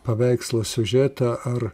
paveikslo siužetą ar